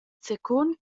secund